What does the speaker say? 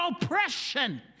oppression